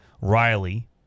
Riley